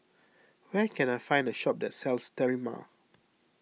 where can I find a shop that sells Sterimar